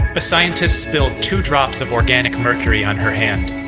a scientist spilled two drops of organic mercury on her hand.